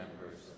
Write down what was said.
members